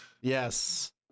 Yes